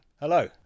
Hello